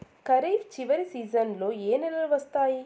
ఖరీఫ్ చివరి సీజన్లలో ఏ నెలలు వస్తాయి?